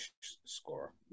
score